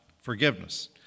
forgiveness